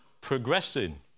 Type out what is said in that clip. progressing